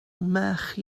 merch